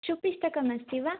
सुपिष्टकमस्ति वा